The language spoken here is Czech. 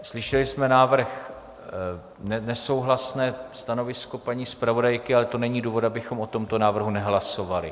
Slyšeli jsme návrh, nesouhlasné stanovisko paní zpravodajky, ale to není důvod, abychom o tomto návrhu nehlasovali.